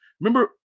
remember